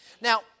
Now